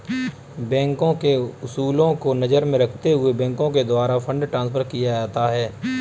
बैंकों के उसूलों को नजर में रखते हुए बैंकों के द्वारा फंड ट्रांस्फर किया जाता है